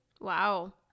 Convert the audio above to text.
Wow